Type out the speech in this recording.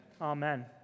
Amen